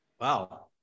Wow